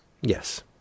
Yes